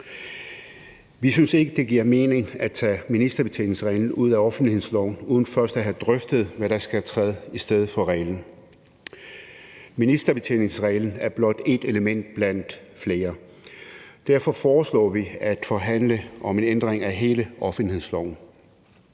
Vi synes ikke, det giver mening at tage ministerbetjeningsreglen ud af offentlighedsloven uden først at have drøftet, hvad der skal træde i stedet for reglen. Ministerbetjeningsreglen er blot et element blandt flere. Derfor foreslår vi at forhandle om en ændring af hele offentlighedsloven.